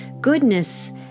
goodness